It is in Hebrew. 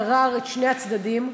גררו את שני הצדדים.